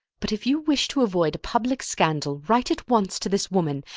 but if you wish to avoid a public scandal, write at once to this woman,